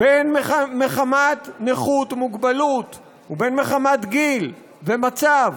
בין מחמת נכות ומוגבלות ובין מחמת גיל ומצב,